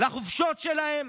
לחופשות שלהם,